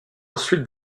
ensuite